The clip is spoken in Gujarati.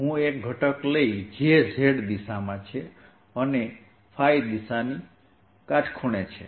હું એક ઘટક લઈ જે z દિશામાં છે અને ϕદિશાની કાટખૂણે છે